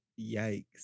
yikes